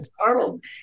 Arnold